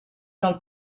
del